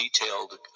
detailed